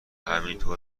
همینطور